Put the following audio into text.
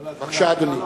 בבקשה, אדוני.